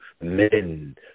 men